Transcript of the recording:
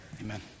amen